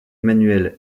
emmanuel